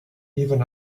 even